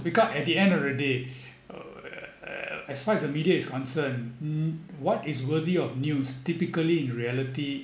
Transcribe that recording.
because at the end of the day uh as far as the media is concerned mm what is worthy of news typically in reality